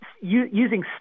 using